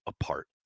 apart